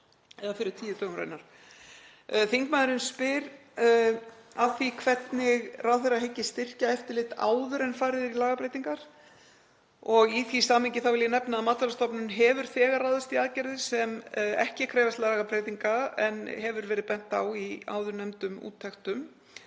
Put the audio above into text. sem sinna munu eftirliti. Þingmaðurinn spyr að því hvernig ráðherra hyggist styrkja eftirlit áður en farið er í lagabreytingar. Í því samhengi vil ég nefna að Matvælastofnun hefur þegar ráðist í aðgerðir sem ekki krefjast lagabreytinga en hefur verið bent á í áðurnefndum úttektum,